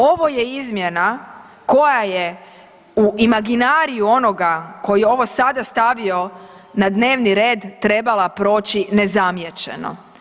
Ovo je izmjena koja je u imaginari onoga koji je ovo sada stavio na dnevni red trebala proći nezamijećeno.